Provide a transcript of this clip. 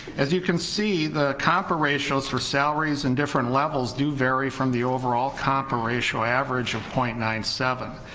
as you can see the compa ratios for salaries and different levels do vary from the overall compa ratio average of zero point nine seven,